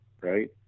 right